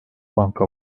banka